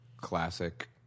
classic